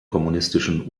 kommunistischen